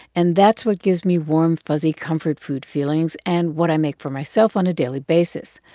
and that's what gives me warm, fuzzy comfort food feelings and what i make for myself on a daily basis.